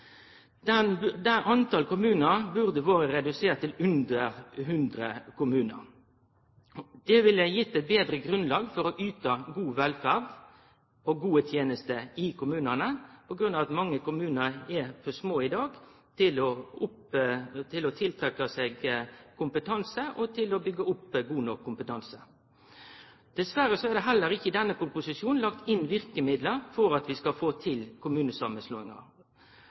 den reelle verkelegheita. I Noreg i dag har vi 430 kommunar. Det er altfor mange. Det talet burde vore redusert til under 100. Det ville gitt eit betre grunnlag for å yte god velferd og gode tenester i kommunane, fordi mange kommunar er for små i dag til å trekkje til seg kompetanse og til å byggje opp god nok kompetanse. Dessverre er det heller ikkje i denne proposisjonen lagt inn verkemiddel for at vi skal få til kommunesamanslåingar.